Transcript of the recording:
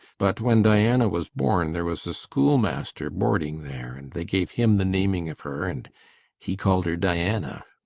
but when diana was born there was a schoolmaster boarding there and they gave him the naming of her and he called her diana.